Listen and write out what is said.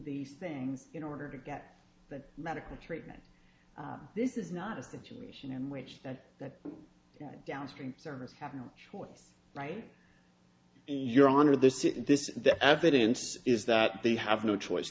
these things in order to get that medical treatment this is not a situation in which that that downstream services have no choice right your honor this if this the evidence is that they have no choice